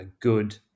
good